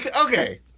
okay